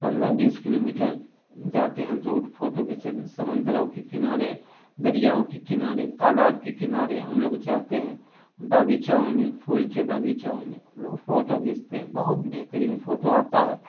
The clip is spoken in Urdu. پندرہ بیس کلو میٹر جاتے ہیں دور فوٹو کھیچنے سمندروں کے کنارے دریاؤں کے کنارے تالاب کے کنارے ہم لوگ جاتے ہیں باغیچاؤں میں پھول کے باغیچاؤں میں ہم لوگ فوٹو کھیچتے ہیں بہت بہترین فوٹو آتا ہے